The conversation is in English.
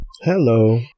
Hello